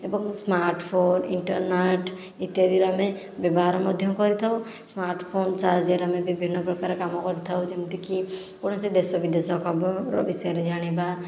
ଏବଂ smartphone internet ଇତ୍ୟାଦିର ଆମେ ବ୍ୟବହାର ମଧ୍ୟ କରିଥାଉ ସ୍ମାର୍ଟଫୋନ ସାହାଯ୍ୟରେ ଆମେ ବିଭିନ୍ନ ପ୍ରକାର କାମ କରିଥାଉ ଯେମିତିକି କୌଣସି ଦେଶ ବିଦେଶ ଖବର ବିଷୟରେ ଜାଣିବା